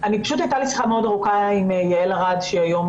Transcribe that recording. פשוט הייתה לי שיחה מאוד ארוכה עם יעל ארד שהיא היום